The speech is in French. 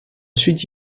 suite